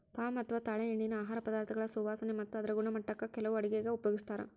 palm ಅಥವಾ ತಾಳೆಎಣ್ಣಿನಾ ಆಹಾರ ಪದಾರ್ಥಗಳ ಸುವಾಸನೆ ಮತ್ತ ಅದರ ಗುಣಮಟ್ಟಕ್ಕ ಕೆಲವು ಅಡುಗೆಗ ಉಪಯೋಗಿಸ್ತಾರ